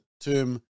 term